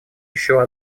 еще